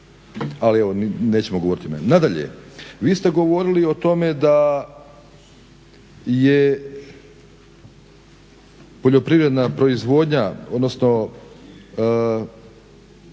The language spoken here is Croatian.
Ali evo, nećemo govoriti o imenima. Nadalje, vi ste govorili o tome da je poljoprivredna proizvodnja odnosno